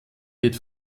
wird